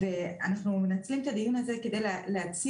אנחנו מנצלים את הדיון הזה כדי להציג